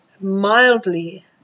mildly